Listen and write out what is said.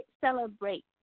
celebrate